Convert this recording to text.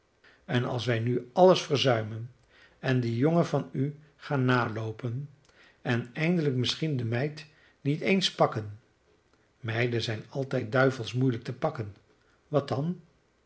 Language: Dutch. en als wij nu alles verzuimen en die jongen van u gaan naloopen en eindelijk misschien de meid niet eens pakken meiden zijn altijd duivels moeielijk te pakken wat dan